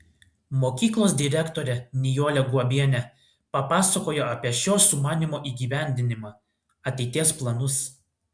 mokyklos direktorė nijolė guobienė papasakojo apie šio sumanymo įgyvendinimą ateities planus